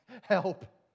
help